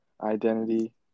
identity